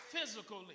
physically